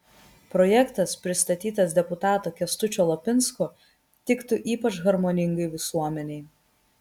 projektas pristatytas deputato kęstučio lapinsko tiktų ypač harmoningai visuomenei